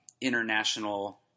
international